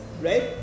right